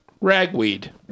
ragweed